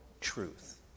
truth